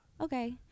okay